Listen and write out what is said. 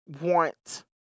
want